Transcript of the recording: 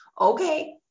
Okay